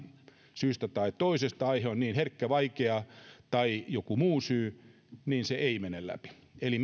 syystä tai toisesta aihe on niin herkkä vaikea tai joku muu syy niin se ei mene läpi eli